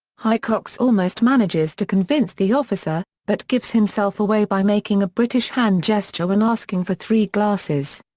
hicox almost manages to convince the officer, but gives himself away by making a british hand gesture when asking for three glasses.